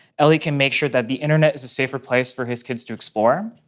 elliot can make sure that the internet is a safer place for his kids to explore.